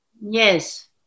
Yes